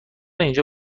اینجا